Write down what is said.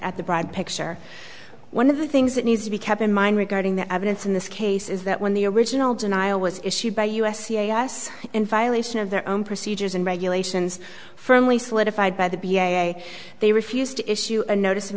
at the broad picture one of the things that needs to be kept in mind regarding the evidence in this case is that when the original denial was issued by u s c i s in violation of their own procedures and regulations firmly solidified by the way they refused to issue a notice